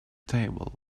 table